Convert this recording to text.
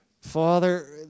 Father